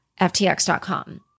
ftx.com